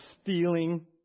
stealing